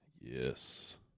Yes